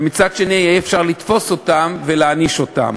ומצד שני, יהיה אפשר לתפוס אותם ולהעניש אותם.